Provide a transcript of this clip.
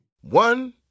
One